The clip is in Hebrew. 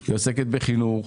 היא עוסקת בחינוך,